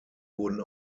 wurden